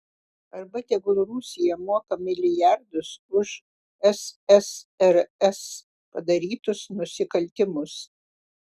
arba tegul rusija moka milijardus už ssrs padarytus nusikaltimus